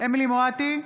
אמילי חיה מואטי,